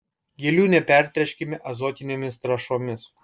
gėlių nepertręškime azotinėmis trąšomis